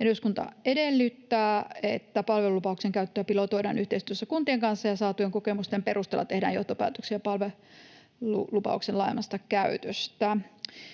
eduskunta edellyttää, että palvelulupauksen käyttöä pilotoidaan yhteistyössä kuntien kanssa ja saatujen kokemusten perusteella tehdään johtopäätöksiä palvelulupauksen laajemmasta käytöstä.